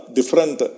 Different